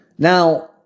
Now